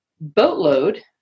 boatload